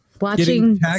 Watching